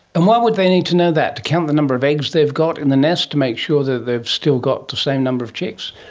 and why would they need to know that? to count the number of eggs they've got in the nest to make sure that they've still got the same number of chicks?